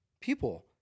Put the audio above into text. people